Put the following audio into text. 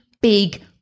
big